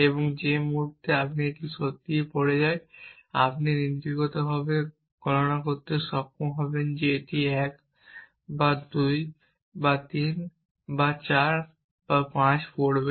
এবং যে মুহুর্তে এটি সত্যিই পড়ে যায় আপনি নীতিগতভাবে গণনা করতে সক্ষম হবেন যে এটি 1 বা 2 বা 3 বা 4 বা 5 পড়বে